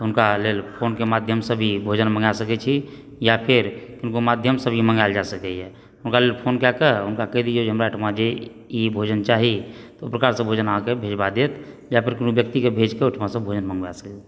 तऽ हुनका लेल फोनके माध्यमसँ भी भोजन मँगा सकैत छी या फेर किनको माध्यमसँ भी मंगाएल जा सकैए हुनका फोन कए कऽ हुनका कहि दियौ जे हमरा एहिठमा ई भोजन चाही ओहि प्रकारसँ भोजन अहाँकेँ भेजबा देत या फेर कोनो व्यक्तिके भेज कऽ ओहिठामसंँ भोजन मंँगबा सकैत छी